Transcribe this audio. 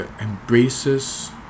embraces